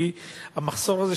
כי המחסור הזה,